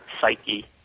psyche